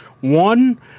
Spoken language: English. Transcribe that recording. One